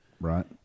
Right